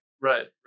Right